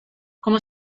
como